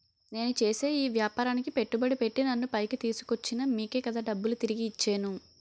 నేను చేసే ఈ వ్యాపారానికి పెట్టుబడి పెట్టి నన్ను పైకి తీసుకొచ్చిన మీకే కదా డబ్బులు తిరిగి ఇచ్చేను